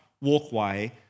walkway